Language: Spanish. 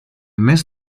mes